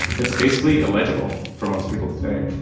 it's basically illegible for most people today.